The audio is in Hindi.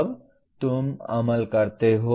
तब तुम अमल करते हो